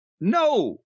no